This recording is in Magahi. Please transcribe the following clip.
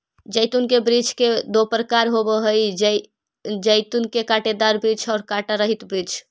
जैतून के वृक्ष दो प्रकार के होवअ हई जैतून के कांटेदार वृक्ष और कांटा रहित वृक्ष